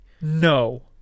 no